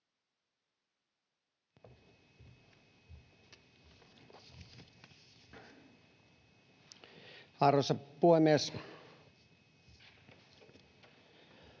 Arvoisa puhemies!